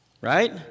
Right